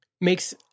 makes